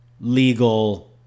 legal